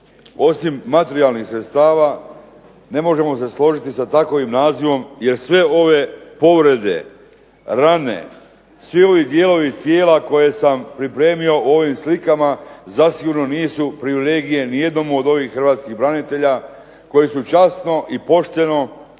osim materijalnih sredstava ne možemo se složiti s takvim nazivom jer sve ove povrede, rane, svi ovi dijelovi tijela koje sam pripremio ovim slikama zasigurno nisu privilegije nijednom od ovih Hrvatskih branitelja koji su časno i pošteno